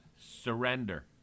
Surrender